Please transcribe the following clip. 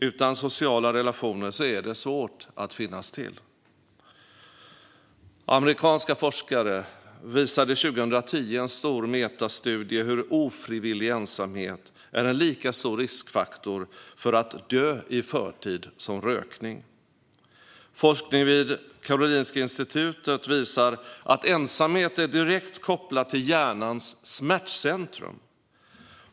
Utan sociala relationer är det svårt att finnas till. Amerikanska forskare visade 2010 i en stor metastudie att ofrivillig ensamhet är en lika stor riskfaktor för att dö i förtid som rökning. Forskning vid Karolinska institutet visar att ensamhet är direkt kopplad till hjärnans smärtcentrum.